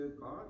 God